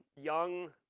young